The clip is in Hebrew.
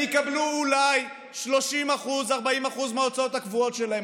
הם יקבלו אולי 30%, 40% מההוצאות הקבועות שלהם.